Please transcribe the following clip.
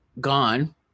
gone